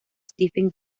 stephen